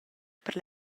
per